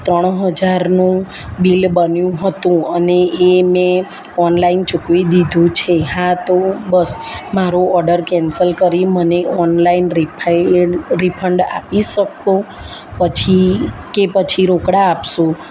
ત્રણ હજારનું બિલ બન્યું હતું અને એ મેં ઓનલાઈન ચૂકવી દીધું છે હા તો બસ મારો ઓડર કેન્સલ કરી મને ઓનલાઈન રિફાયન રિફંડ આપી શકો પછી કે પછી રોકડા આપશો